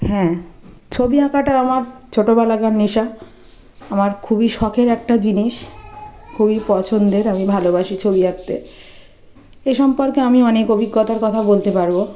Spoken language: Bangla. হ্যাঁ ছবি আঁকাটা আমার ছোটোবেলাকার নেশা আমার খুবই শখের একটা জিনিস খুবই পছন্দের আমি ভালোবাসি ছবি আঁকতে এ সম্পর্কে আমি অনেক অভিজ্ঞতার কথা বলতে পারবো